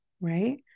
right